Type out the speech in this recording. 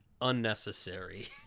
unnecessary